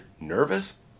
nervous